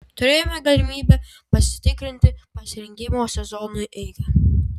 turėjome galimybę pasitikrinti pasirengimo sezonui eigą